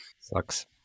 sucks